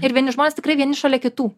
ir vieni žmonės tikrai vieni šalia kitų